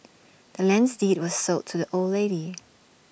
the land's deed was sold to the old lady